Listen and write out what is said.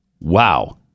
wow